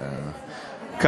מדע.